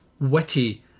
witty